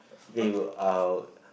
then go out